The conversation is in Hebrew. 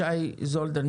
שי זולדן,